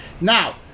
Now